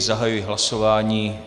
Zahajuji hlasování.